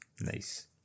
Nice